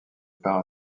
départ